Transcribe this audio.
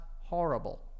horrible